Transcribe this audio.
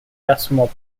decimal